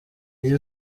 niyo